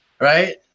Right